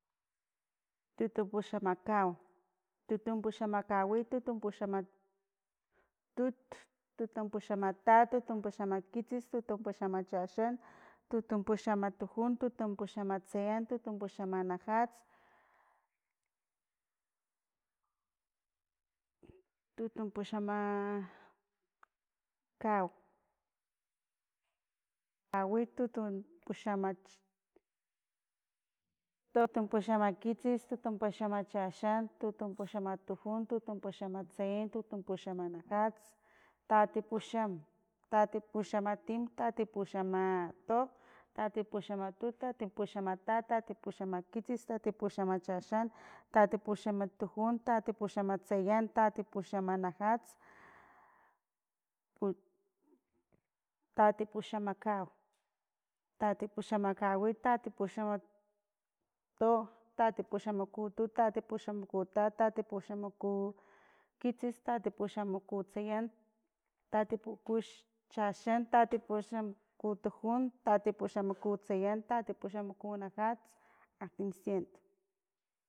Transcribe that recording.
Tutumpuxamakau, tutumpuxamakawit, tutumpuxama tut, tutumpuxamatat, tutumpuxamakitsis, tutumpuxamachaxan, tutumpuxamatujun, tutumpuxamatsayan, tutumpuxamanajats, tutumpuxamakau- kawit, tutumpuxama- to- tutumpaxamkitsis tutumpaxamachaxan, tutumpuxamatujun, tutumpuxamatsayan tutumpuxamanajats, tatipuxam, tatipuxamati, tatipuxamato, tatipuxamatut, tatipuxamatat, tatipuxamakitsis, tatapuxamachaxan, tatipuxamatujun, tatipuxamatsayan, tatipuxamanajats, tatipuxamakau, tatipuxamakawit, tatipuxamato, tatipuxamakutut, tatipuxamakutat, tatipuxamakukitsis, tatipuxamakutsayan, tatipuchaxan, tatipuxmkutujun, tatipuxamakutsayan, tatipuxamakunajats, aktimsiento.